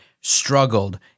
struggled